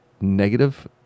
negative